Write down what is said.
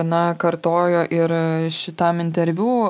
na kartojo ir šitam interviu